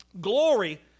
Glory